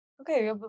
Okay